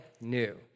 new